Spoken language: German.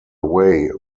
way